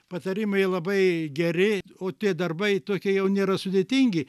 patarimai labai geri o tie darbai tokie jau nėra sudėtingi